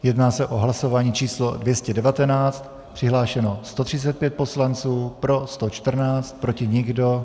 Jedná se o hlasování číslo 219, přihlášeno 135 poslanců, pro 114, proti nikdo.